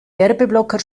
werbeblocker